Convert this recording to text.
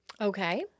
okay